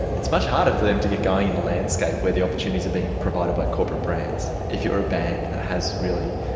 it's much harder for them to get going in a landscape where the opportunities are being provided by corporate brands, if you're a band that has really,